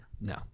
No